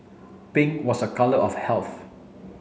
pink was a colour of health